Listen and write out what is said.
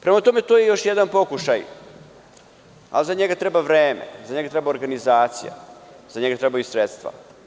Prema tome, to je još jedan pokušaj, a za njega treba vreme, za njega treba organizacija, za njega trebaju sredstva.